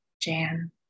Jan